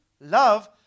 love